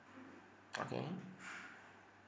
okay